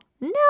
No